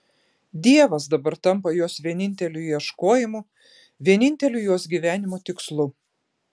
dievas dabar tampa jos vieninteliu ieškojimu vieninteliu jos gyvenimo tikslu